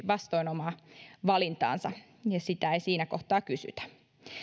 vastoin omaa valintaansa sitä ei siinä kohtaa kysytä